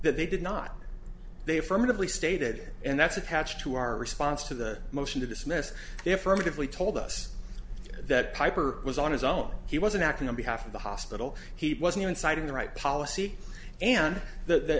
that they did not they affirmatively stated and that's attached to our response to the motion to dismiss the affirmative we told us that piper was on his own he wasn't acting on behalf of the hospital he wasn't inciting the right policy and the